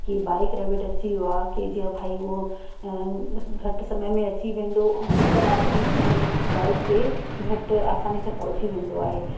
कि बाइक रेविड अची वियो आहे कि जीअं भई उहो घटि समय में अची वेंदो ऐं हिक माण्हू बि उने बाइक ते झटि आसानी सां पहुची वेंदो आहे